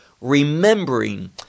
remembering